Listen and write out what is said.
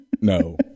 No